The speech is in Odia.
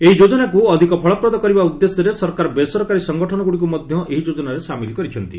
ଏହି ଯାଜନାକୁ ଅଧିକ ଫଳପ୍ରଦ କରିବା ଉଦ୍ଦେଶ୍ୟରେ ସରକାର ବେସରକାରୀ ସଙ୍ଗଠନଗୁଡ଼ିକୁ ମଧ୍ୟ ଏହି ଯୋଚ୍ଚନାରେ ସାମିଲ୍ କରିଛନ୍ତି